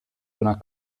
una